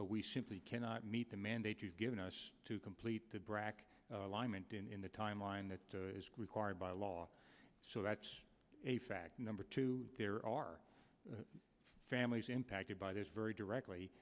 we simply cannot meet the mandate given to complete the brac alignment in the timeline that is required by law so that's a fact number two there are families impacted by this very directly